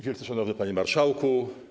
Wielce Szanowny Panie Marszałku!